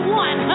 one